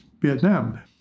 Vietnam